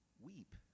weep